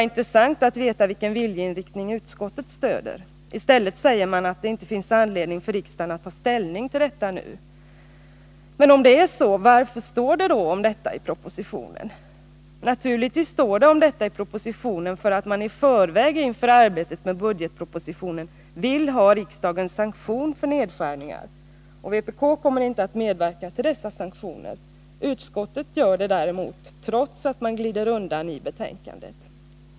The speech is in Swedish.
I stället säger man att det inte finns anledning för riksdagen att ta ställning till detta nu. Men om det är så, varför står det då om detta i propositionen? Naturligtvis gör det det, därför att man i förväg, inför arbetet med budgetpropositionen, vill ha riksdagens sanktion för nedskärningar. Vpk kommer inte att medverka till dessa sanktioner. Utskottet gör det däremot, trots att det glider undan i betänkandet.